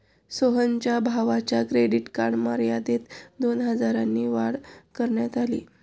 सोहनच्या भावाच्या credit card मर्यादेत दोन हजारांनी वाढ करण्यात आली